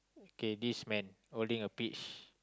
okay this man holding a peach